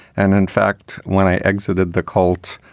and in fact, when i exited the cult,